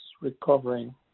recovering